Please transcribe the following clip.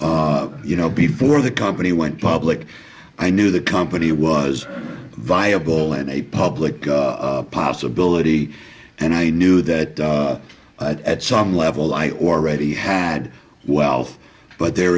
you know before the company went public i knew the company was viable and a public possibility and i knew that at some level i already had wealth but there